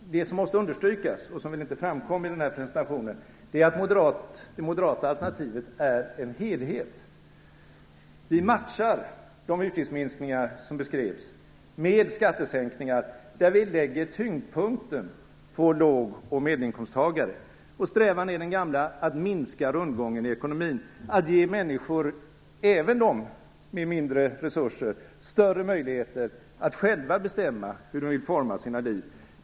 Det som måste understrykas, och som inte framkom i presentationen, är att det moderata alternativet är en helhet. Vi matchar de utgiftsminskningar som beskrevs med skattesänkningar där vi lägger tyngdpunkten på låg och medelinkomsttagare. Strävan är den gamla: Att minska rundgången i ekonomin och att ge människor, även de med mindre resurser, större möjligheter att själva bestämma hur de vill forma sina liv.